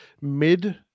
mid